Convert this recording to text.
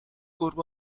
گربه